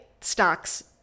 Stocks